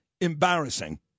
embarrassing